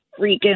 freaking